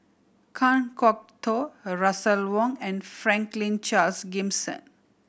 Kan Kwok Toh Russel Wong and Franklin Charles Gimson